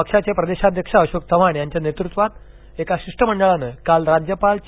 पक्षाचे प्रदेशाध्यक्ष अशोक चव्हाण यांच्या नेतृत्वात एका शिष्टमंडळानं काल राज्यपाल चे